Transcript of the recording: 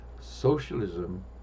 Socialism